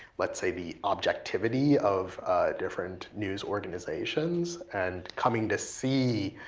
let's say, the objectivity of different news organizations. and coming to see